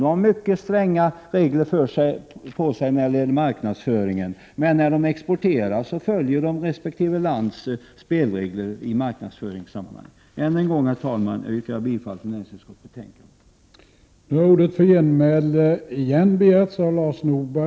De har mycket stränga regler att följa när det gäller marknadsföringen, men när de exporterar följer de resp. lands spelregler i marknadsföringssammanhang. Herr talman, jag vill än en gång yrka bifall till näringsutskottets betänkande 13.